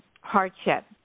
hardship